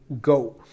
go